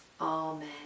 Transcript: Amen